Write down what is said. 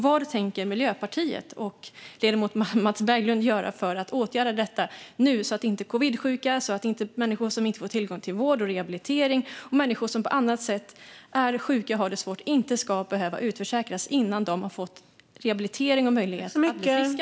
Vad tänker Miljöpartiet och ledamoten Mats Berglund göra för att åtgärda detta nu så att covidsjuka och människor som inte får tillgång till vård och rehabilitering, eller människor som på annat sätt är sjuka och har det svårt, inte ska behöva utförsäkras innan de har fått rehabilitering och möjlighet att bli friska?